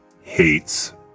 hates